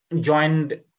joined